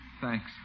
Thanks